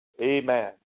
Amen